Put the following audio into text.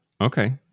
okay